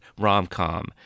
rom-com